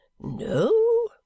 No